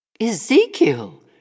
Ezekiel